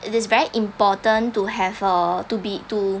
it is very important to have or to be to